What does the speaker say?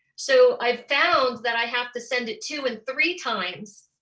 so i've found that i have to send it two and three times,